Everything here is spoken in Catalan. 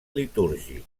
litúrgic